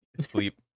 sleep